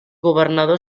governador